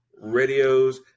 radios